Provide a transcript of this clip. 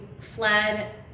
fled